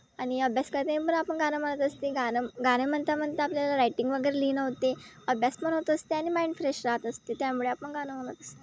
आणि अभ्यास करतानी पण आपण गाणं म्हणत असते गाणं गाणं म्हणता म्हणता आपल्याला रायटिंग वगैरे लिहिणं होते अभ्यास पण होत असते आणि माइंड फ्रेश राहात असते त्यामुळे आपण गाणं म्हणत असते